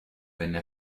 venne